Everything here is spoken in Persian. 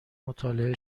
مطالعه